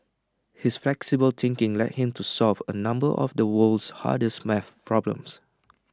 his flexible thinking led him to solve A number of the world's hardest maths problems